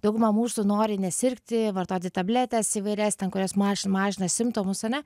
dauguma mūsų nori nesirgti vartoti tabletes įvairias ten kurios maž mažina simptomus ane